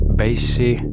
bassy